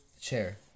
chair